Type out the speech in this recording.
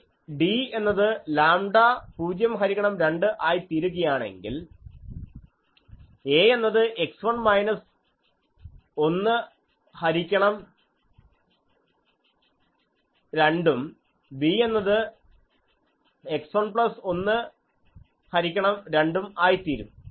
ഈ d എന്നത് lambda 0 ഹരിക്കണം 2 ആയിത്തീരുകയാണെങ്കിൽ 'a' എന്നത് x1 മൈനസ് 1 by 2 ഉം b എന്നത് x1 പ്ലസ് 1 by 2 ഉം ആയിത്തീരും